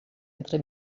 entre